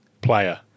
player